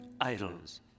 idols